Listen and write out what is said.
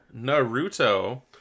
naruto